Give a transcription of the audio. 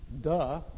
Duh